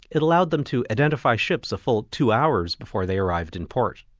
it allowed them to identify ships a full two hours before they arrived in port.